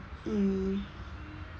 hmm